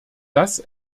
das